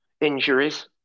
injuries